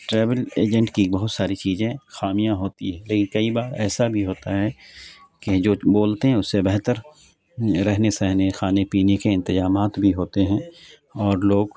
travel agent کی بہت ساری چیزیں خامیاں ہوتی ہے لیکن کئی بار ایسا بھی ہوتا ہے کہ جو بولتے ہیں اس سے بہتر رہنے سہنے کھانے پینے کے انتظامات بھی ہوتے ہیں اور لوگ